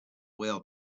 whale